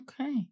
Okay